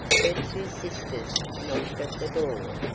her two sisters knocked at the door,